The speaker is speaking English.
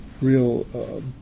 real